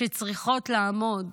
שצריכות לעמוד